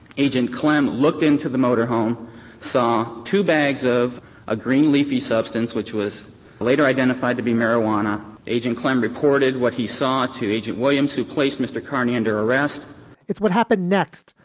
agent klemm looked into the motorhome, saw two bags of a green, leafy substance, which was later identified to be marijuana. agent klemm reported what he saw to agent williams, who placed mr. carney under arrest what happened next?